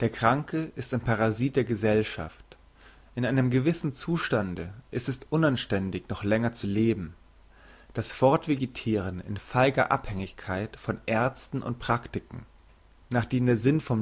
der kranke ist ein parasit der gesellschaft in einem gewissen zustande ist es unanständig noch länger zu leben das fortvegetiren in feiger abhängigkeit von ärzten und praktiken nachdem der sinn vom